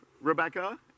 Rebecca